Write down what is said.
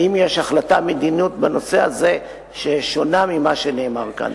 האם יש החלטה על מדיניות בנושא הזה ששונה ממה שנאמר כאן.